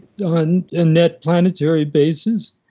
and and that planetary basis,